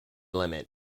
limit